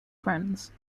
friends